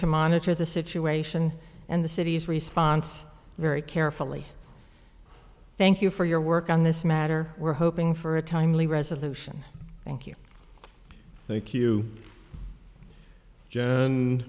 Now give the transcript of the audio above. to monitor the situation and the city's response very carefully thank you for your work on this matter we're hoping for a timely resolution thank you thank you j